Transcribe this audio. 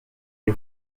les